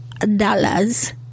dollars